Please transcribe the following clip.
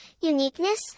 uniqueness